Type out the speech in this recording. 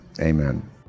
Amen